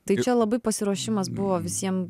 taip čia labai pasiruošimas buvo visiem